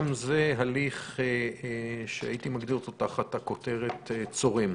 גם זה הליך שהייתי מגדיר אותו תחת הכותרת: צורם.